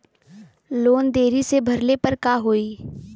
Loan देरी से भरले पर का होई?